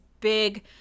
big